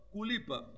Kulipa